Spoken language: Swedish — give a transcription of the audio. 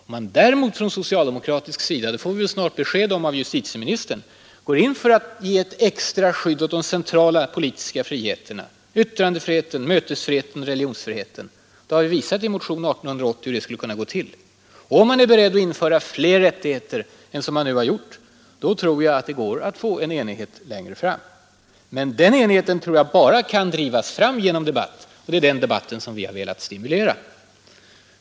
Om man däremot från socialdemokratisk sida går in för att ge ett extra skydd åt de centrala politiska friheterna samt om man är beredd att införa fler rättigheter än man nu har gjort, så tror jag det går att nå enighet längre fram. Men den enigheten kan bara drivas fram genom debatt, och det är den debatten vi har velat stimulera.